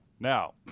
Now